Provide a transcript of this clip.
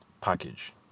package